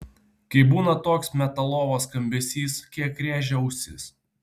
kai būna toks metalovas skambesys kiek rėžia ausis